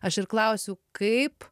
aš ir klausiu kaip